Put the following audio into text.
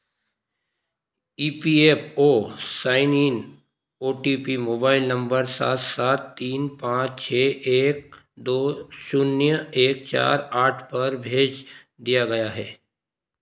E P F O sign in O T P mobile number सात सात तीन पाँच छः एक दो शून्य एक चार आठ पर भेज दिया गया है